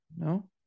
No